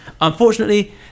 Unfortunately